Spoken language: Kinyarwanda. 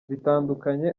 bitandukanye